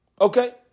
Okay